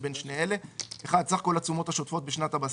שבין שני אלה: (1)סך כל התשומות השוטפות בשנת הבסיס,